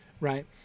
right